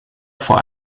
vor